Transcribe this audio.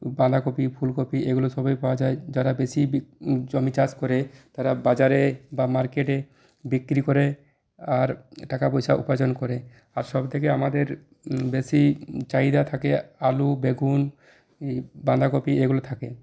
বাঁধাকপি ফুলকপি এইগুলো সবই পাওয়া যায় যারা বেশি বিক জমিচাষ করে তারা বাজারে বা মার্কেটে বিক্রি করে আর টাকা পয়সা উপার্জন করে আর সবথেকে আমাদের বেশি চাহিদা থাকে আলু বেগুন বাঁধাকপি এইগুলো থাকে